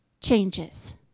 changes